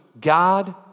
God